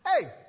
Hey